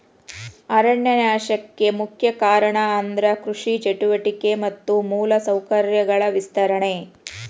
ಅರಣ್ಯ ನಾಶಕ್ಕೆ ಮುಖ್ಯ ಕಾರಣ ಅಂದ್ರ ಕೃಷಿ ಚಟುವಟಿಕೆ ಮತ್ತ ಮೂಲ ಸೌಕರ್ಯಗಳ ವಿಸ್ತರಣೆ